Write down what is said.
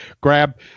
grab